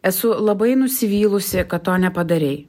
esu labai nusivylusi kad to nepadarei